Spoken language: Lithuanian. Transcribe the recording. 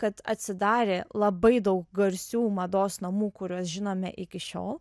kad atsidarė labai daug garsių mados namų kuriuos žinome iki šiol